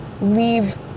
leave